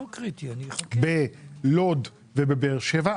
בלוד ובבאר שבע,